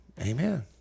amen